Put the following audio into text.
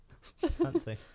Fancy